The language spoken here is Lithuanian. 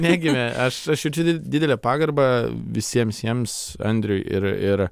negimė aš aš jaučiu didelę pagarbą visiems jiems andriui ir ir